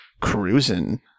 cruising